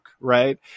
right